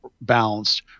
balanced